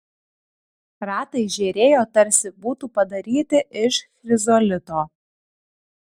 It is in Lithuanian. ratai žėrėjo tarsi būtų padaryti iš chrizolito